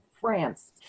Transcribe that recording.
France